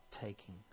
taking